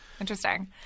Interesting